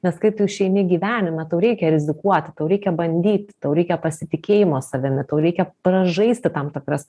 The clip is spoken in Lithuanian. nes kaip išeini į gyvenimą tau reikia rizikuoti tau reikia bandyti tau reikia pasitikėjimo savimi tau reikia pražaisti tam tikras